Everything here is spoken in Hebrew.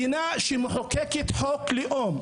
מדינה שמחוקקת חוק לאום,